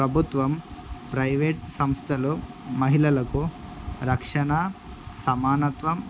ప్రభుత్వం ప్రైవేట్ సంస్థలు మహిళలకు రక్షణ సమానత్వం